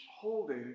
holding